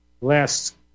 last